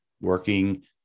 working